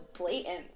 blatant